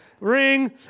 Ring